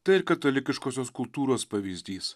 tai ir katalikiškosios kultūros pavyzdys